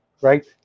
right